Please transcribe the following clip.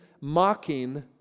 mocking